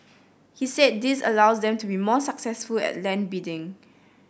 he said this allows them to be more successful at land bidding